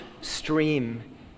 stream